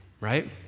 right